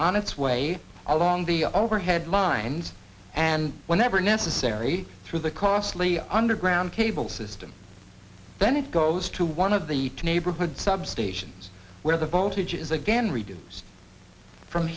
on its way along the overhead lines and whenever necessary through the costly underground cable system then it goes to one of the neighborhood substations where the voltage is again reduced from